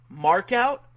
markout